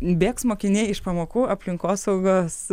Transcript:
bėgs mokiniai iš pamokų aplinkosaugos